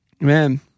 man